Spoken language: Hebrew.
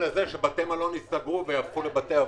לזה שבתי מלון יסגרו ויהפכו לבתי אבות.